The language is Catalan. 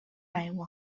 aigua